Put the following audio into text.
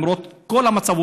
למרות כל המצב,